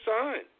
signed